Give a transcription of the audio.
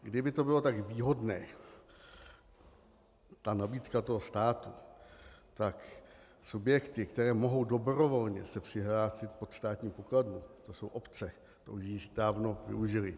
Kdyby to bylo tak výhodné, nabídka toho státu, tak subjekty, které se mohou dobrovolně přihlásit pod státní pokladnu, to jsou obce, to již dávno využily.